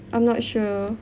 I'm not sure